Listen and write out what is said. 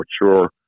mature